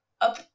up